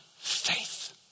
faith